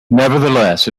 nevertheless